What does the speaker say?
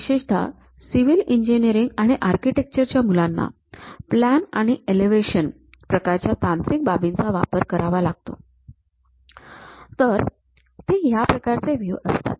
विशेषतः civil engineering आणि architecture च्या मुलांना प्लॅन आणि एलेवेशन प्रकारच्या तांत्रिक बाबींचा वापर करावा लागतो तर ते या प्रकारचे व्ह्यूज असतात